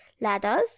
ladders